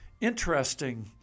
Interesting